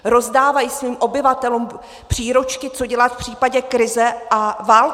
Rozdávají svým obyvatelům příručky, co dělat v případě krize a války.